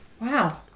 Wow